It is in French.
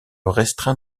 restreint